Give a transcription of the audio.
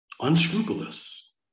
unscrupulous